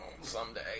Someday